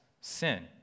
sin